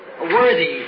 worthy